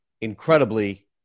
incredibly